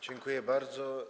Dziękuję bardzo.